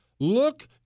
Look